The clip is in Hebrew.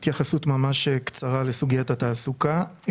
התייחסות ממש קצרה לסוגיית התעסוקה.